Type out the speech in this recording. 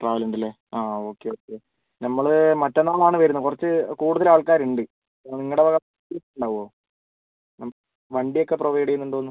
travel ഉണ്ട് അല്ലേ ആ ഓക്കെ ഓക്കെ നമ്മൾ മറ്റന്നാളാണ് വരുന്നത് കുറച്ച് കൂടുതൽ ആൾക്കാരുണ്ട് നിങ്ങളുടെ അവിടെ സീറ്റ് ഉണ്ടാവുമോ വണ്ടിയൊക്കെ പ്രൊവൈഡ് ചെയ്യുന്നുണ്ടോ എന്ന്